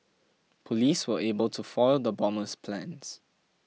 police were able to foil the bomber's plans